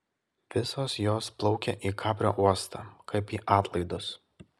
visos jos plaukia į kaprio uostą kaip į atlaidus